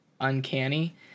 uncanny